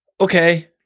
Okay